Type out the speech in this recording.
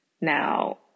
Now